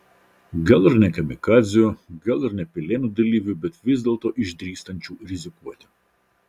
gal ir ne kamikadzių gal ir ne pilėnų didvyrių bet vis dėlto išdrįstančių rizikuoti